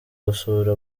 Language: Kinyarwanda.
gusura